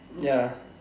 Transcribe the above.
ya